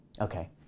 Okay